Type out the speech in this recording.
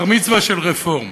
בר-מצווה של רפורמות.